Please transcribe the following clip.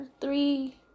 three